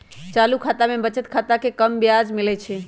चालू खता में बचत खता से कम ब्याज मिलइ छइ